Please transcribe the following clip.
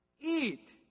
eat